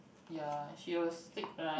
ya she was sick right